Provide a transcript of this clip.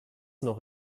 noch